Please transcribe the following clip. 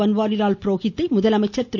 பன்வாரிலால் புரோகித்தை முதலமைச்சர் கமிழக திரு